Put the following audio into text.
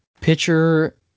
pitcher